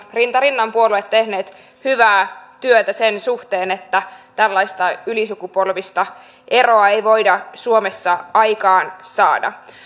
rinta rinnan puolueet tehneet hyvää työtä sen suhteen että tällaista ylisukupolvista eroa ei voida suomessa aikaansaada